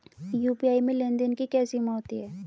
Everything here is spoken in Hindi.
यू.पी.आई में लेन देन की क्या सीमा होती है?